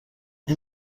این